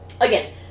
Again